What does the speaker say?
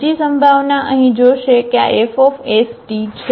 બીજી સંભાવના અહીં જોશે કે આ Fst છે